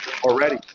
already